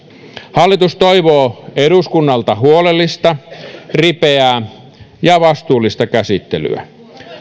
hallitus toivoo eduskunnalta huolellista ripeää ja vastuullista käsittelyä